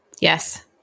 Yes